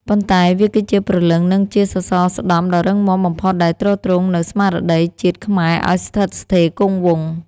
ប៉ុន្តែវាគឺជាព្រលឹង និងជាសសរស្តម្ភដ៏រឹងមាំបំផុតដែលទ្រទ្រង់នូវស្មារតីជាតិខ្មែរឱ្យស្ថិតស្ថេរគង់វង្ស។